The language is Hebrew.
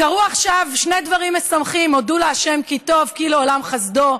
קרו עכשיו שני דברים משמחים: הודו לשם כי טוב כי לעולם חסדו.